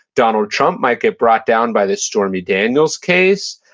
donald trump might get brought down by the stormy daniels case.